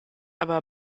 aber